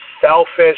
selfish